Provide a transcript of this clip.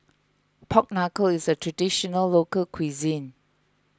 Pork Knuckle is a Traditional Local Cuisine